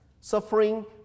suffering